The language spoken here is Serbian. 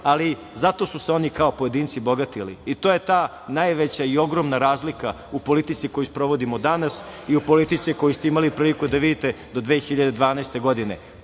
ali zato su se oni kao pojedinci bogatili. To je ta najveća i ogromna razlika u politici koju sprovodimo danas i u politici koju ste imali prilike da vidite do 2012. godine. Pustoš,